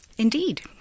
Indeed